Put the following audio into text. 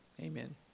amen